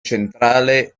centrale